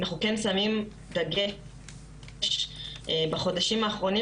אנחנו כן שמים דגש בחודשים האחרונים